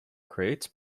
crates